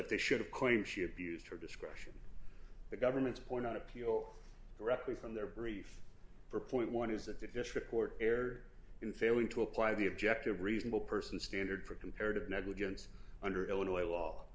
that they should according she abused her discretion the government's point on appeal directly from their brief for point one is that the district court err in failing to apply the objective reasonable person standard for comparative negligence under illinois law